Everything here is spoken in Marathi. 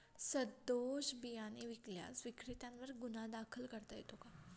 सदोष बियाणे विकल्यास विक्रेत्यांवर गुन्हा दाखल करता येतो का?